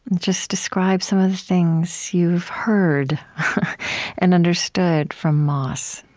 just describe some of the things you've heard and understood from moss